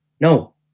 No